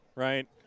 Right